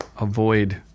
avoid